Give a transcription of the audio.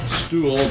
stool